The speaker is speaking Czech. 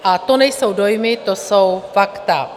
A to nejsou dojmy, to jsou fakta.